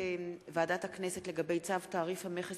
החלטת ועדת הכספים לגבי צו תעריף המכס